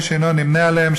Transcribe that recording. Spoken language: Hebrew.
במי שאינו נמנה עמם,